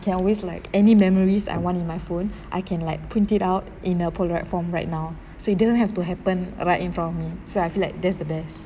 can always like any memories I want in my phone I can like print it out in a polaroid form right now so it didn't have to happen right in front of me so I feel like that's the best